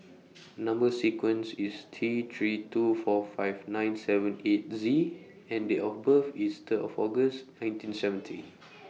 Number sequence IS T three two four five nine seven eight Z and Date of birth IS Third of August nineteen seventy